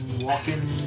walking